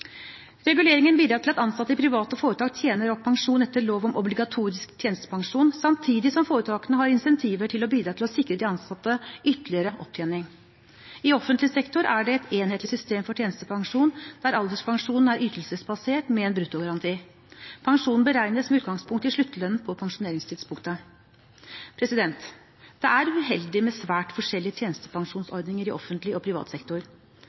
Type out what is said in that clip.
Reguleringen bidrar til at ansatte i private foretak opptjener pensjon etter lov om obligatorisk tjenestepensjon samtidig som foretakene har incentiver til å bidra til å sikre de ansatte ytterligere opptjening. I offentlig sektor er det et enhetlig system for tjenestepensjon, der alderspensjon er ytelsesbasert med en bruttogaranti. Pensjonen beregnes med utgangspunkt i sluttlønnen på pensjoneringstidspunktet. Det er uheldig med svært forskjellige tjenestepensjonsordninger i offentlig og privat sektor.